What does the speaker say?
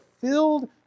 filled